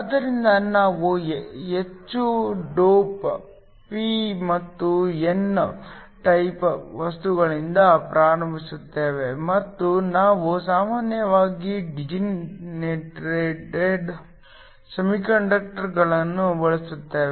ಆದ್ದರಿಂದ ನಾವು ಹೆಚ್ಚು ಡೋಪ್ಡ್ ಪಿ ಮತ್ತು ಎನ್ ಟೈಪ್ ವಸ್ತುಗಳಿಂದ ಪ್ರಾರಂಭಿಸುತ್ತೇವೆ ಮತ್ತು ನಾವು ಸಾಮಾನ್ಯವಾಗಿ ಡಿಜೆನೆರೇಟೆಡ್ ಸೆಮಿಕಂಡಕ್ಟರ್ಗಳನ್ನು ಬಳಸುತ್ತೇವೆ